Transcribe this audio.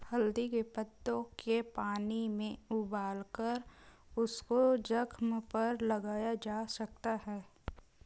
हल्दी के पत्तों के पानी में उबालकर उसको जख्म पर लगाया जा सकता है